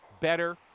better